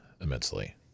immensely